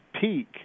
peak